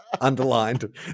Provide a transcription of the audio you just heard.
underlined